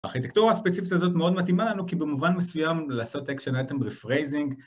הארכיטקטורה הספציפית הזאת מאוד מתאימה לנו כי במובן מסוים לעשות Action Item Rephrasing